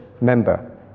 member